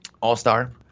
All-star